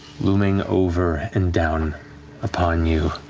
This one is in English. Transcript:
looming over and down upon you,